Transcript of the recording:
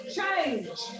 Change